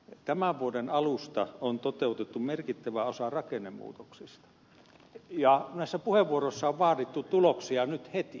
tämän vuoden alusta on toteutettu merkittävä osa rakennemuutoksista ja näissä puheenvuoroissa on vaadittu tuloksia nyt heti